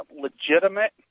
legitimate